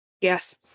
Yes